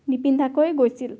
নিপিন্ধাকৈ গৈছিল